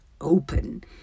open